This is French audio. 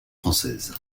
française